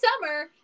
summer